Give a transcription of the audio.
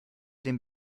dem